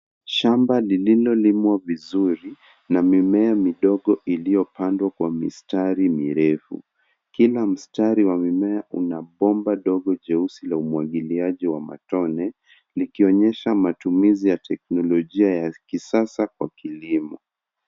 Shamba lililolimwa vizuri na mimea midogo iliyopandwa kwa mistari mirefu. Kila mstari wa mimea una bomba dogo jeusi la umwagiliaji wa matone likionyesha matumizi ya teknolojia ya kisasa kwa kilimo.